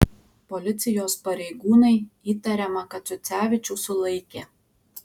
policijos pareigūnai įtariamą kaciucevičių sulaikė